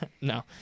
No